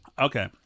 okay